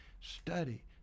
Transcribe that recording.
study